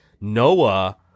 Noah